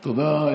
תודה.